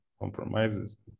compromises